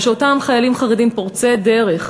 ושאותם חיילים חרדים פורצי דרך,